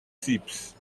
tips